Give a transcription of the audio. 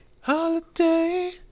Holiday